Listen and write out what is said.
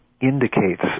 indicates